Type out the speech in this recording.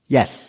Yes